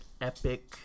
epic